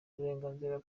uburenganzira